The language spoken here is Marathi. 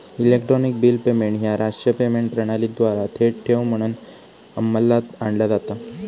इलेक्ट्रॉनिक बिल पेमेंट ह्या राष्ट्रीय पेमेंट प्रणालीद्वारा थेट ठेव म्हणून अंमलात आणला जाता